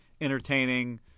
entertaining